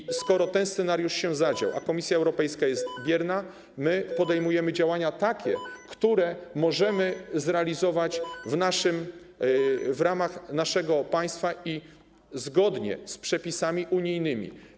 I skoro ten scenariusz się zadział, a Komisja Europejska jest bierna, my podejmujemy takie działania, które możemy zrealizować w ramach naszego państwa i zgodnie z przepisami unijnymi.